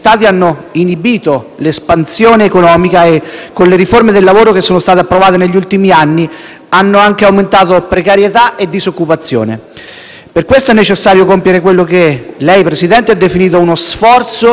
hanno anche aumentato precarietà e disoccupazione. Per questo è necessario compiere quello che lei, signor Presidente del Consiglio, ha definito uno sforzo di responsabilità collettiva, e affrontare la questione del lavoro e della disoccupazione giovanile